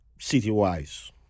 City-wise